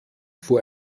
vor